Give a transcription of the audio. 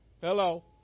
Hello